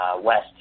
West